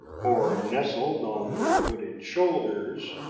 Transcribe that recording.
or nestled on their wooded shoulders,